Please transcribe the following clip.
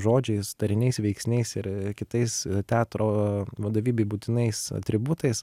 žodžiais tariniais veiksniais ir kitais teatro vadovybei būtinais atributais